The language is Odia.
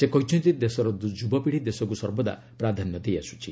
ସେ କହିଛନ୍ତି ଦେଶର ଯୁବପିଢ଼ି ଦେଶକୁ ସର୍ବଦା ପ୍ରାଧାନ୍ୟ ଦେଇଆସୁଛି